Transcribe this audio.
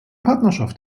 partnerschaft